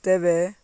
ତେବେ